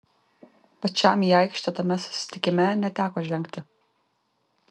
pačiam į aikštę tame susitikime neteko žengti